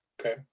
okay